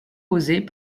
causés